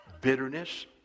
bitterness